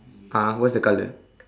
(uh huh) what is the color